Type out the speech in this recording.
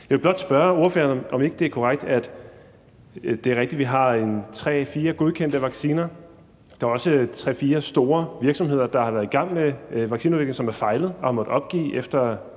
Jeg vil blot spørge ordføreren, om ikke det er korrekt, at vi har tre-fire godkendte vacciner, at der også er tre-fire store virksomheder, der har været i gang med en vaccineudvikling, som er fejlet, og at de har måttet opgive efter